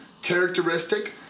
characteristic